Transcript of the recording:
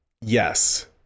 Yes